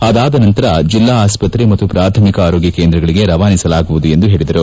ಆದಾದ ನಂತರ ಜಿಲ್ಲಾ ಆಸ್ಪತ್ರೆ ಮತ್ತು ಪ್ರಾಥಮಿಕ ಆರೋಗ್ಯ ಕೇಂದ್ರಗಳಿಗೆ ರವಾನಿಸಲಾಗುವುದು ಎಂದು ಹೇಳಿದರು